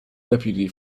deputy